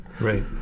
Right